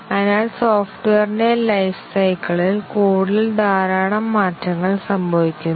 അതിനാൽ സോഫ്റ്റ്വെയറിന്റെ ലൈഫ് സൈക്കിളിൽ കോഡിൽ ധാരാളം മാറ്റങ്ങൾ സംഭവിക്കുന്നു